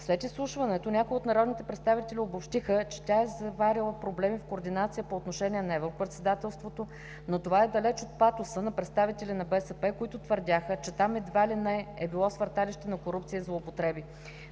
След изслушването, някои от народните представители обобщиха, че тя е заварила проблеми в координацията по отношение на европредседателството, но това е далеч от патоса на представителите на БСП, които твърдяха, че там едва ли не, е било свърталище на корупция и злоупотреба.